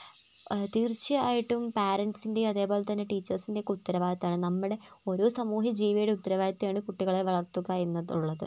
തീർച്ചയായിട്ടും പരൻസിൻ്റെയും അതുപോലെ തന്നെ ടീച്ചേഴ്സിൻ്റെക്കെ ഉത്തരവാദിത്വമാണ് നമ്മുടെ ഓരോ സമൂഹജീവിയുടെയും ഉത്തരവാദിത്വമാണ് കുട്ടികളെ വളർത്തുക എന്നതുള്ളത്